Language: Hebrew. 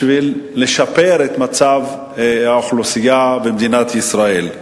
בשביל לשפר את מצב האוכלוסייה במדינת ישראל.